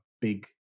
big